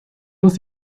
los